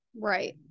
Right